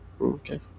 okay